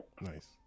Nice